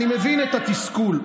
אני מבין את התסכול.